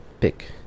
pick